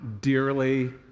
dearly